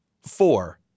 Four